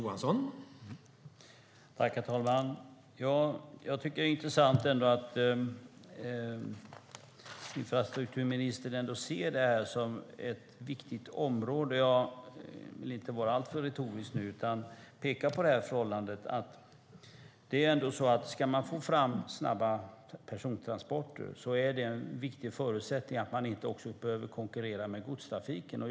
Herr talman! Det är intressant att infrastrukturministern ser det här som ett viktigt område. Jag vill inte vara alltför retorisk nu. Om man ska få fram snabba persontransporter är det en viktig förutsättning att man inte behöver konkurrera med godstrafiken.